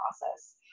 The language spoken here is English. process